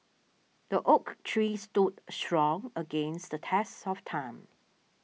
the oak tree stood strong against the test of time